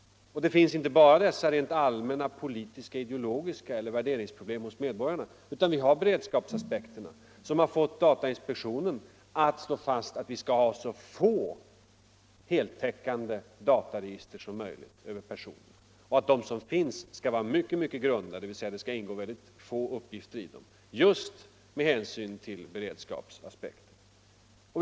Det är inte bara allmänpolitiska, ideologiska problem eller värderingsproblem utan också beredskapsaspekter som har fått datainspektionen att slå fast att vi skall ha så få heltäckande dataregister som möjligt över medborgarna. De register som finns skall vara mycket grunda, dvs. det skall ingå få uppgifter i dem just med hänsyn till beredskapsaspek terna.